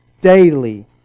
daily